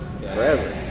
forever